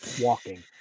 walking